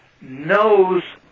knows